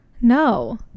No